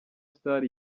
star